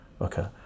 okay